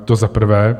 To za prvé.